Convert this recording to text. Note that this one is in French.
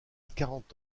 quarante